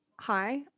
Hi